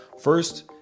First